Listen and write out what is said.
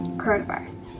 coronavirus.